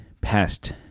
past